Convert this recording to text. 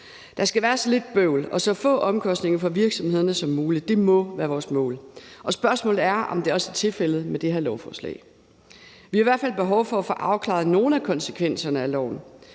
Der skal være så lidt bøvl og så få omkostninger for virksomhederne som muligt. Det må være vores mål, og spørgsmålet er også, om det er tilfældet med det her lovforslag. Vi har i hvert fald behov for at få afklaret nogle af konsekvenserne af loven.